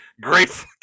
Great